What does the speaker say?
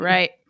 Right